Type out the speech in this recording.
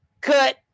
cut